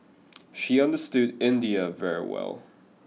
she understood India very well